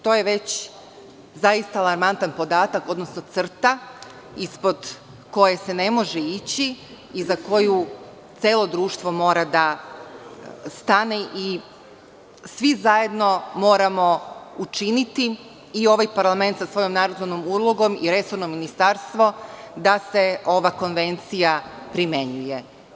To je već zaista alarmantan podatak, odnosno crta ispod koje se ne može ići i za koju celo društvo mora da stane i svi zajedno moramo učiniti i ovaj parlament sa svojom nadzornom ulogom, i resorno ministarstvo da se ova konvencija primenjuje.